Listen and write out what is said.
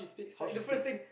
how she speaks